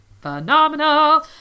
phenomenal